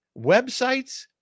websites